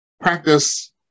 practice